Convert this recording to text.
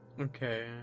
Okay